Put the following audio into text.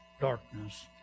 darkness